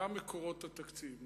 מה מקורות התקציב?